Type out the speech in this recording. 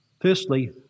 Firstly